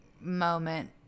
moment